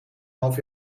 half